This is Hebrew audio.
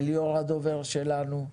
ליאור הדובר שלנו,